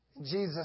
Jesus